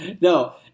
no